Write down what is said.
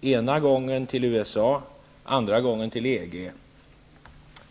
ena gången till USA, andra gången till EG.